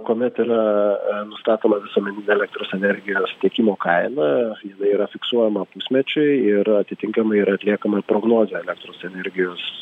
kuomet yra nustatoma visuomeninė elektros energijos tiekimo kaina jinai yra fiksuojama pusmečiui ir atitinkamai yra atliekama prognozė elektros energijos